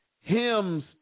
hymns